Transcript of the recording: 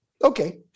okay